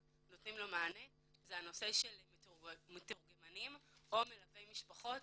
החדשה" זה הנושא של מתורגמנים או מלווי משפחות